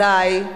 אזי,